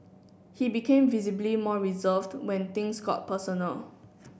he became visibly more reserved when things got personal